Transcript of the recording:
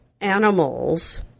animals